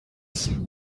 hinter